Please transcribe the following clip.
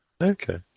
Okay